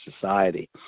society